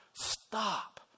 stop